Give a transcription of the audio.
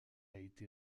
été